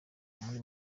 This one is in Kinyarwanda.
muri